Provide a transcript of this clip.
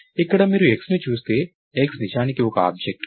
ఇక్కడ మీరు xని చూస్తే x నిజానికి ఒక ఆబ్జెక్ట్